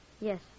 Yes